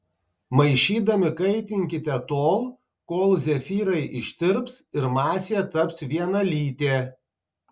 maišydami kaitinkite tol kol zefyrai ištirps ir masė taps vienalytė